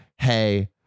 Hey